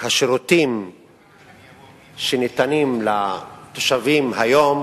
השירותים שניתנים לתושבים היום